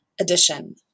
addition